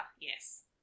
yes